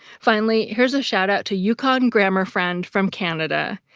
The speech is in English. finally, here's a shout-out to yukon grammar friend from canada.